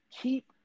Keep